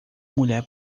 mulher